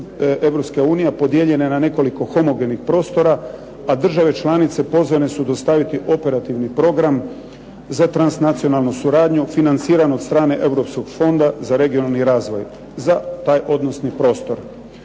Europske unije podijeljen je na nekoliko homogenih prostora, a države članice pozvane su dostaviti operativni program za transnacionalnu suradnju financiranu od strane Europskog fonda za regionalni razvoj za taj odnosni prostor.